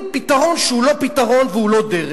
פתרון שהוא לא פתרון והוא לא דרך.